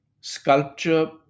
sculpture